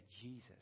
Jesus